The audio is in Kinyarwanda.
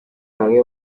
bamwe